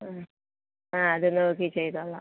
ആ ആ അത് നോക്കി ചെയ്തോളാ